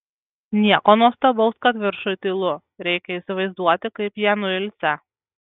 nieko nuostabaus kad viršuj tylu reikia įsivaizduoti kaip jie nuilsę